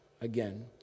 Again